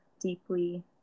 deeply